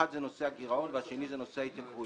אחת היא נושא הגירעון והשנייה היא נושא ההתייקרויות,